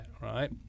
right